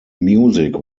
music